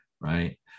right